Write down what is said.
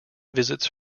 visits